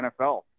NFL